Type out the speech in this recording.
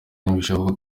ntibishoboka